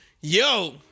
Yo